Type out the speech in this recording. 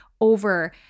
over